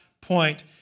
point